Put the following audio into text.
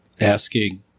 asking